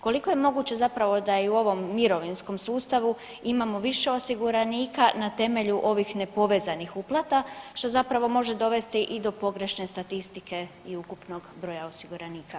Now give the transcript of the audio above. Koliko je moguće zapravo da i u ovom mirovinskom sustavu imamo više osiguranika na temelju ovih nepovezanih uplata što zapravo može dovesti i do pogrešne statistike i ukupnog broja osiguranika, stvarnog broja.